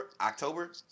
October